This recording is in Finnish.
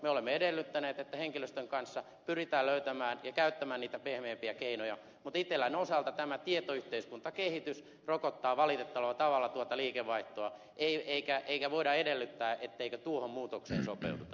me olemme edellyttäneet että henkilöstön kanssa pyritään löytämään ja käyttämään niitä pehmeämpiä keinoja mutta itellan osalta tämä tietoyhteiskuntakehitys rokottaa valitettavalla tavalla tuota liikevaihtoa eikä voida edellyttää ettei tuohon muutokseen sopeuduta